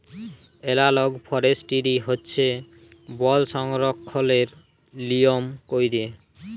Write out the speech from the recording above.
এলালগ forestry হছে বল সংরক্ষলের লিয়ম ক্যইরে